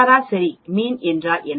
சராசரி என்றால் என்ன